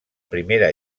primera